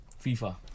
FIFA